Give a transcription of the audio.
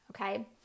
Okay